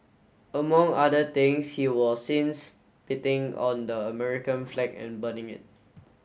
among other things he was seen spitting on the American flag and burning it